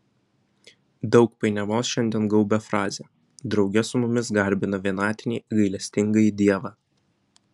daug painiavos šiandien gaubia frazę drauge su mumis garbina vienatinį gailestingąjį dievą